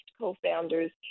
co-founders